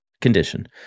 condition